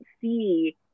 see